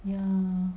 mm